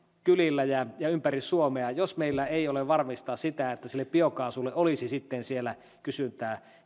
kylillä ja ja ympäri suomea jos meillä ei ole varmistaa sitä että sille biokaasulle olisi sitten siellä kysyntää